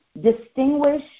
distinguish